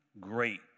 great